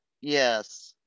yes